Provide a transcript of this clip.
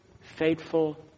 faithful